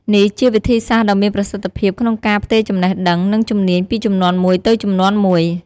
នេះជាវិធីសាស្ត្រដ៏មានប្រសិទ្ធភាពក្នុងការផ្ទេរចំណេះដឹង និងជំនាញពីជំនាន់មួយទៅជំនាន់មួយ។